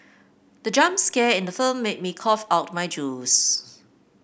the jump scare in the film made me cough out my juice